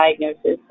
diagnosis